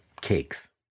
cakes